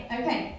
okay